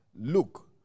Look